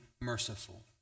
merciful